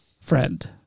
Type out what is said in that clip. friend